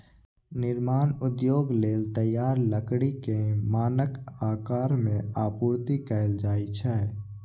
निर्माण उद्योग लेल तैयार लकड़ी कें मानक आकार मे आपूर्ति कैल जाइ छै